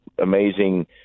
amazing